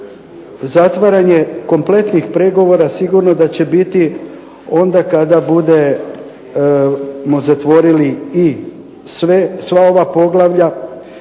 zatvaranje kompletnih pregovora sigurno da će biti onda kada budemo zatvorili i sva ova poglavlja,